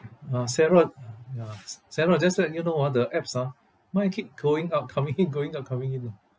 uh sarah uh ya s~ sarah just let you know ah the apps ah mine keep going out coming in going out coming in orh